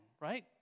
right